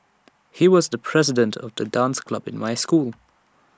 he was the president of the dance club in my school